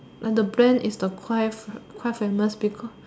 and the brand is the quite quite famous because